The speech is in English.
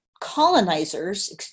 colonizers